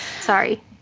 Sorry